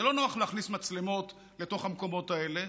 זה לא נוח להכניס מצלמות לתוך המקומות האלה,